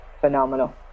phenomenal